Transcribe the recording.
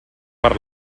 per